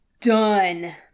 done